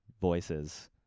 voices